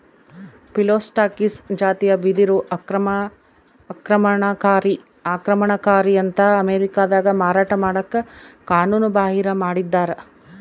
Phyllostachys ಜಾತಿಯ ಬಿದಿರು ಆಕ್ರಮಣಕಾರಿ ಅಂತ ಅಮೇರಿಕಾದಾಗ ಮಾರಾಟ ಮಾಡಕ ಕಾನೂನುಬಾಹಿರ ಮಾಡಿದ್ದಾರ